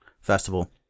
festival